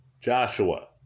Joshua